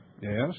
Yes